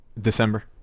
December